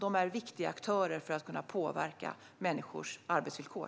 De är viktiga aktörer för att kunna påverka människors arbetsvillkor.